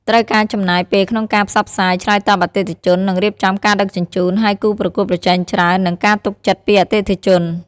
ត្រូវការចំណាយពេលក្នុងការផ្សព្វផ្សាយ ឆ្លើយតបអតិថិជន និងរៀបចំការដឹកជញ្ជូន ហើយគូប្រកួតប្រជែងច្រើន និងការទុកចិត្តពីអតិថិជន។